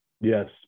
Yes